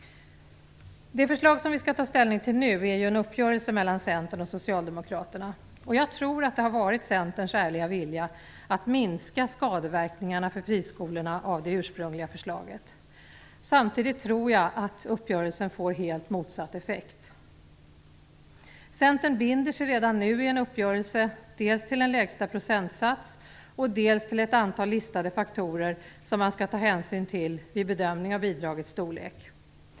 Det förslag som vi nu skall ta ställning till bygger på en uppgörelse mellan Centern och Socialdemokraterna. Jag tror att det har varit Centerns ärliga vilja att minska det ursprungliga förslagets skadeverkningar för friskolorna. Samtidigt tror jag att uppgörelsen ger helt motsatt effekt. Centern binder sig redan nu till en uppgörelse, dels om en lägsta procentsats, dels om ett antal listade faktorer som man skall ta hänsyn till vid bedömning av bidragets storlek.